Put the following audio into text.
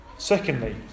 Secondly